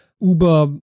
Uber